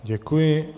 Děkuji.